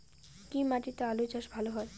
কি মাটিতে আলু চাষ ভালো হয়?